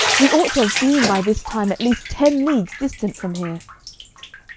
we ought to have been by this time at least ten leagues distant from here